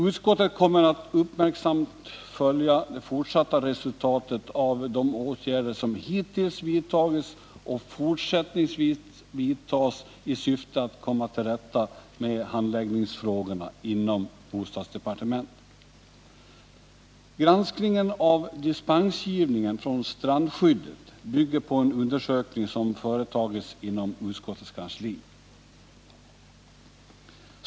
Utskottet kommer att uppmärksamt följa det fortsatta resultatet av de åtgärder som hittills vidtagits och fortsättningsvis kommer att vidtas i syfte att komma till rätta med handläggningsfrågorna inom bostadsdepartementet. Granskningen av dispensgivningen från strandskyddet bygger på en undersökning som företagits inom utskottets kansli.